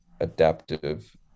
adaptive